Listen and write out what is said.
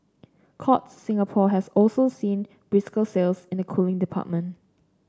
Courts Singapore has also seen brisker sales in the cooling department